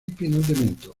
financiamiento